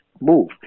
move